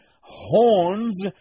horns